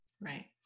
Right